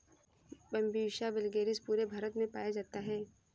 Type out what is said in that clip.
Bambusa vulgaris पूरे भारत में पाया जाता है